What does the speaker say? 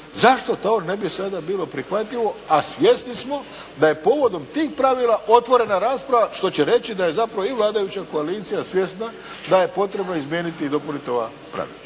zašto to ne bi sada bilo prihvatljivo a svjesni smo da je povodom tih pravila otvorena rasprava, što će reći da je zapravo i vladajuća koalicija svjesna da je potrebno izmijeniti i dopuniti ova pravila.